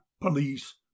police